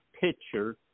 picture